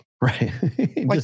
Right